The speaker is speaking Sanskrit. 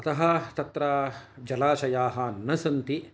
अतः तत्र जलाशयाः न सन्ति